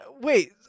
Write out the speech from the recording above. Wait